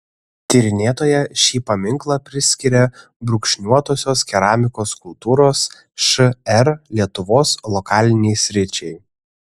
tyrinėtoja šį paminklą priskiria brūkšniuotosios keramikos kultūros šr lietuvos lokalinei sričiai